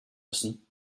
müssen